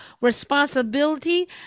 responsibility